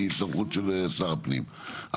היא סמכות של שר הפנים.